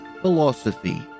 Philosophy